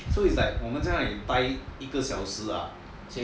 so it's like 我们在那里呆一个小时 ah